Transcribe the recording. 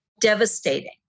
devastating